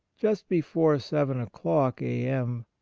just before seven o'clock a m.